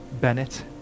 Bennett